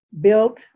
built